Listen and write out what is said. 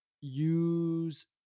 use